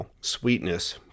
Sweetness